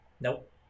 Nope